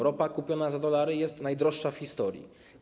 Ropa kupiona za dolary jest najdroższa w historii.